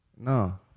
No